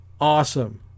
awesome